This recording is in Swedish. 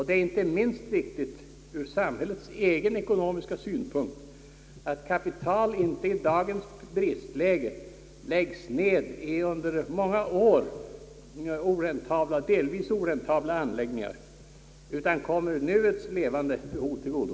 Det är inte minst viktigt ur samhällets egen ekonomiska synpunkt, att kapital inte i dagens bristläge läggs ned i under många år delvis oräntabla anläggningar utan kommer nuets levande behov till godo.